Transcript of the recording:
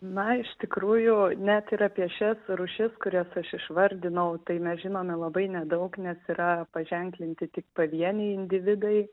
na iš tikrųjų net ir apie šias rūšis kurias aš išvardinau tai mes žinome labai nedaug nes yra paženklinti tik pavieniai individai